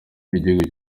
igihugu